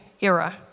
era